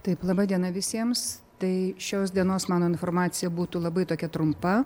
taip laba diena visiems tai šios dienos mano informacija būtų labai tokia trumpa